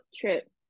trip